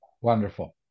Wonderful